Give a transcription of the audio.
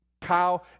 cow